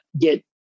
get